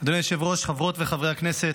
היושב-ראש, חברות וחברי הכנסת,